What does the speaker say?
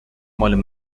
مال